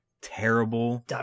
terrible